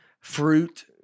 fruit